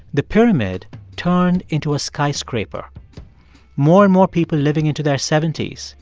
the pyramid turned into a skyscraper more and more people living into their seventy s,